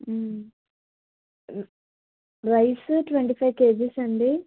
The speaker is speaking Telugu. రైసు ట్వంటీ ఫైవ్ కెజిస్ అండి